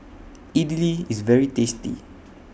Idili IS very tasty